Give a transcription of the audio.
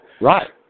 Right